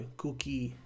cookie